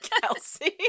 Kelsey